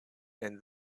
and